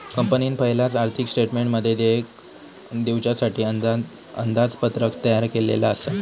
कंपनीन पयलाच आर्थिक स्टेटमेंटमध्ये देयक दिवच्यासाठी अंदाजपत्रक तयार केल्लला आसा